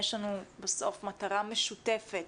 יש לנו בסוף מטרה משותפת